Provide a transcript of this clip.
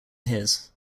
his